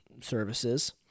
services